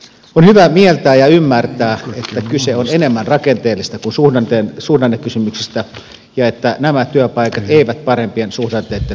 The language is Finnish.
on hyvä mieltää ja ymmärtää että kyse on enemmän rakenteellisista kuin suhdannekysymyksistä ja että nämä työpaikat eivät parempien suhdanteitten myötä palaa